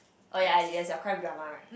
oh ya your crime drama right